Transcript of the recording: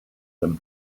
them